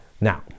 Now